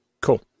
Cool